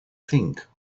think